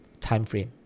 timeframe